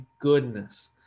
goodness